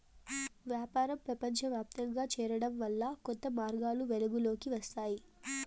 వ్యాపారం ప్రపంచవ్యాప్తంగా చేరడం వల్ల కొత్త మార్గాలు వెలుగులోకి వస్తాయి